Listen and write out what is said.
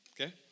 okay